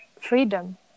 freedom